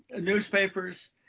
newspapers